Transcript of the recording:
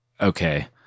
okay